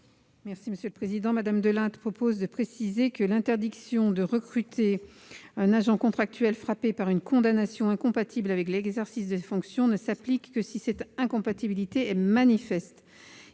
de cet amendement, Mme Delattre, propose de préciser que l'interdiction de recruter un agent contractuel frappé par une condamnation incompatible avec l'exercice des fonctions ne s'applique que si cette incompatibilité est manifeste.